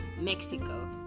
Mexico